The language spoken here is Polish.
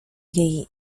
jej